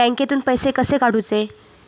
बँकेतून पैसे कसे काढूचे?